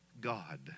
God